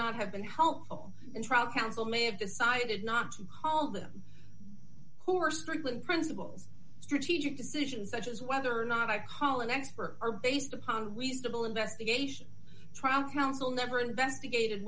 not have been helpful in trial counsel may have decided not to call them who are struggling principals strategic decisions such as whether or not i call an expert or based upon reasonable investigation trial counsel never investigated